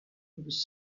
was